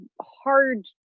hard